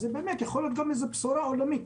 זו יכולה להיות גם איזו בשורה עולמית.